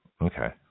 Okay